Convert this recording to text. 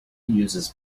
uses